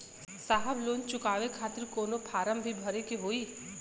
साहब लोन चुकावे खातिर कवनो फार्म भी भरे के होइ?